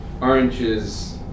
oranges